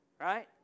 Right